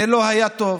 זה לא היה טוב,